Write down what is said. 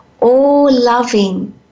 all-loving